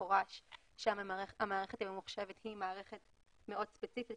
במפורש שהמערכת הממוחשבת היא מערכת מאוד ספציפית,